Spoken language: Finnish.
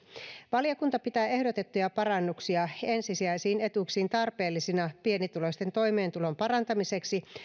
valiokunta pitää ehdotettuja parannuksia ensisijaisiin etuuksiin tarpeellisina pienituloisten toimeentulon parantamiseksi